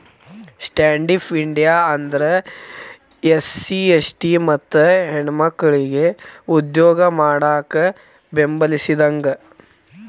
stand up India ಅಂದ್ರ SC ST ಮತ್ತ ಹೆಣ್ಮಕ್ಕಳಿಗೆ ಉದ್ಯೋಗ ಮಾಡಾಕ ಬೆಂಬಲಿಸಿದಂಗ